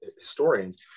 historians